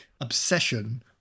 obsession